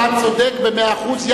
אתה צודק במאה אחוז.